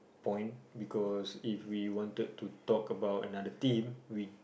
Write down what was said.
point because if we wanted to talk about another team we